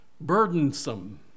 burdensome